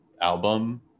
album